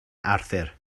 arthur